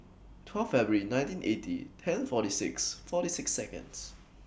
twelve February nineteen eighty ten forty six forty six Seconds